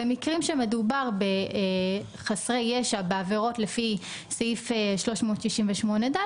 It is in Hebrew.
במקרים שמדובר בחסרי ישע בעבירות לפי סעיף 368ד,